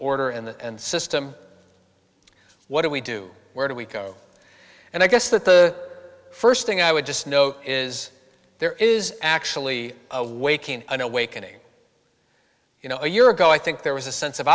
order and system what do we do where do we go and i guess that the first thing i would just note is there is actually a waking an awakening you know a year ago i think there was a sense of